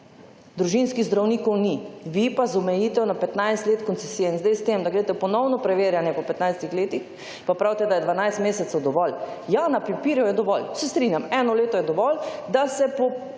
Družinskih zdravnikov ni. Vi pa z omejitev na 15 let koncesije. In sedaj s tem da greste v ponovno preverjanje po 15 letih pa pravite, da je 12 mesecev dovolj. Ja, na papirju je dovolj, se strinjam. Eno leto je dovolj, da se po